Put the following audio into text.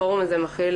הפורום הזה מכיל